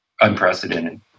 unprecedented